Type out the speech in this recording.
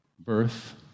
Birth